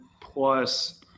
plus